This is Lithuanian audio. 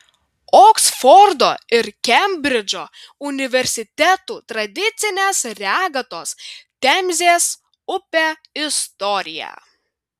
oksfordo ir kembridžo universitetų tradicinės regatos temzės upe istorija